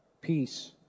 peace